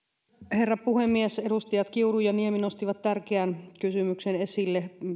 herra puhemies edustajat kiuru ja niemi nostivat esille tärkeän kysymyksen